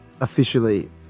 officially